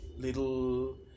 little